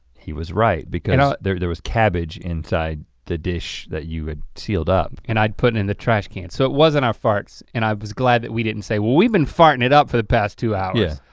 he was right because there there was cabbage inside the dish that you had sealed up. and i'd put in the trash can so it wasn't our farts and i was glad that we didn't say, well we've been fartin' it up for the past two hours. yeah.